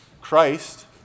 Christ